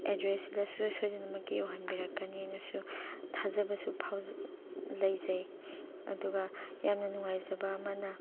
ꯑꯦꯗ꯭ꯔꯦꯁꯁꯤꯗ ꯁꯨꯡꯁꯣꯏ ꯁꯣꯏꯗꯅꯃꯛꯀꯤ ꯌꯧꯍꯟꯕꯤꯔꯛꯀꯅꯦꯅꯁꯨ ꯊꯥꯖꯕꯁꯨ ꯐꯥꯎꯖꯩ ꯂꯩꯖꯩ ꯑꯗꯨꯒ ꯌꯥꯝꯅ ꯅꯨꯡꯉꯥꯏꯖꯕ ꯑꯃꯅ